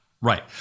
Right